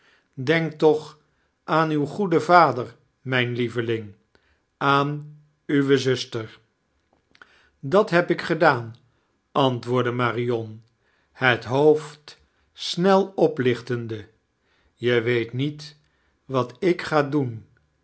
deink toch aan uw goeden vader mijn lieveling aan uwe zusterl dat heb ik gedaan antwoordde marion het hoofd snel oplichtende je weet niet wat ik ga doen